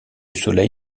soleil